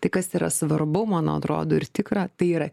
tai kas yra svarbu man atrodo ir tikra tai yra